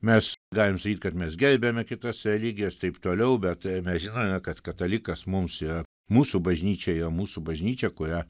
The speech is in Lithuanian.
mes galim sakyt kad mes gerbiame kitas religijas taip toliau bet mes žinome kad katalikas mums yra mūsų bažnyčioje mūsų bažnyčia kurią